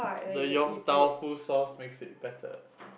the Yong-Tau-Foo sauce makes it better